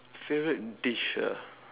favorite dish ah